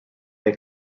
they